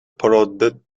prodded